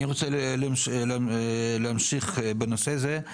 אני רוצה להמשיך בנושא הזה.